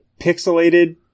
pixelated